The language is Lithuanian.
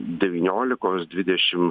devyniolikos dvidešim